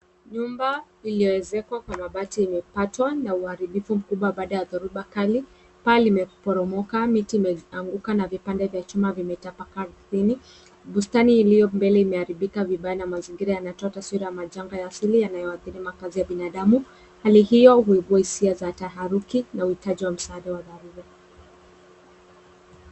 Nyumba iliyoezekwa kwa mabati imepatwa na uharibifu mkubwa baada ya dhoruba kali. Paa limeporomoka, miti imeanguka na vipande vya chuma vimetapakaa ardhini. Bustani iliyo mbele imeharibika vibaya na mazingira yanatoa taswira ya majanga ya asili yanayoathiri makazi ya binadamu. Hali hiyo huibua hisia za taharuki na uhitaji wa msaada wa dharura.